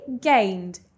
gained